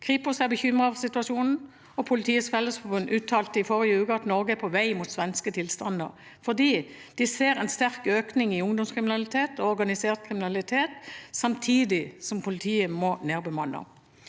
Kripos er bekymret for situasjonen, og Politiets Fellesforbund uttalte i forrige uke at Norge er på vei mot svenske tilstander, fordi de ser en sterk økning i ungdomskriminalitet og organisert kriminalitet samtidig som politiet må nedbemanne.